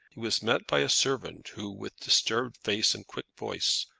he was met by a servant who, with disturbed face and quick voice,